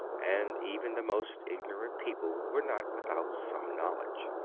and even the most ignorant people were not without some knowledge.